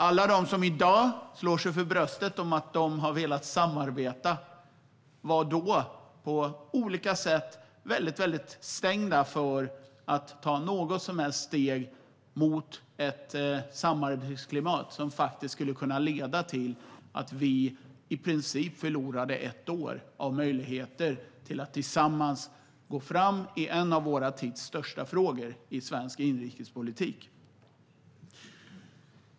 Alla de som i dag slår sig för bröstet om att de har velat samarbeta var då på olika sätt väldigt stängda för att ta något som helst steg mot ett samarbetsklimat. Det ledde till att vi i princip förlorade ett år av möjligheter till att tillsammans gå framåt i en av vår tids största frågor i svensk inrikespolitik.